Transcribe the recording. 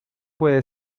puede